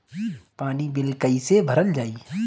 पानी बिल कइसे भरल जाई?